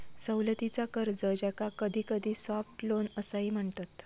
सवलतीचा कर्ज, ज्याका कधीकधी सॉफ्ट लोन असाही म्हणतत